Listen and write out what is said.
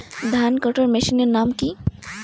ধান কাটার মেশিনের নাম কি?